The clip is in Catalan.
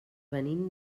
venim